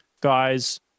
guys